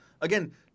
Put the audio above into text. Again